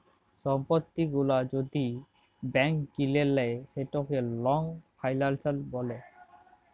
সম্পত্তি গুলা যদি ব্যাংক কিলে লেই সেটকে লং ফাইলাল্স ব্যলে